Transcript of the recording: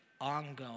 ongoing